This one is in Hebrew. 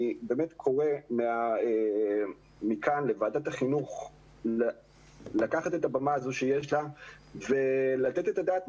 אני באמת קורא מכאן לוועדת החינוך לקחת את הבמה שיש לה ולתת את הדעת,